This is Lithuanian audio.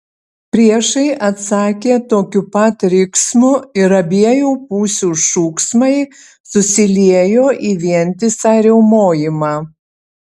priešai atsakė tokiu pat riksmu ir abiejų pusių šūksmai susiliejo į vientisą riaumojimą